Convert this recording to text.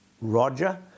Roger